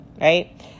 right